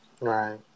Right